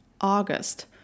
August